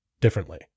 differently